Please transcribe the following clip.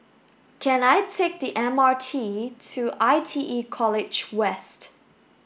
can I take the M R T to I T E College West